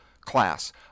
class